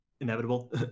inevitable